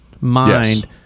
mind